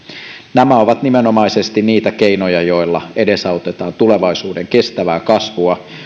nämä ovat nimenomaisesti niitä keinoja joilla edesautetaan tulevaisuuden kestävää kasvua